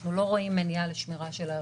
אנחנו לא רואים מניעה לשמירה של הערכות.